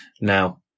Now